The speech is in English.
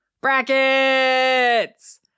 Brackets